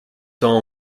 temps